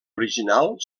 original